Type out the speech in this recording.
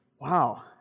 wow